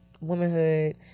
womanhood